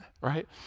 right